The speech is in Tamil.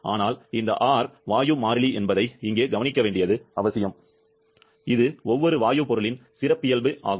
ஆனால் இந்த R வாயு மாறிலி என்பதை இங்கே கவனிக்க வேண்டியது அவசியம் இது ஒவ்வொரு வாயு பொருளின் சிறப்பியல்பு ஆகும்